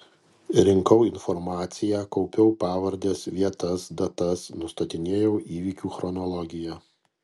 rinkau informaciją kaupiau pavardes vietas datas nustatinėjau įvykių chronologiją